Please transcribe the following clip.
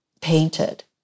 painted